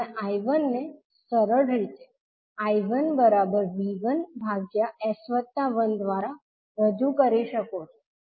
તમે I1 ને સરળ રીતે I1V1s1 દ્વારા રજુ કરી શકો છો